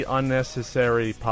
unnecessary